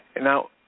Now